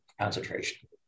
concentration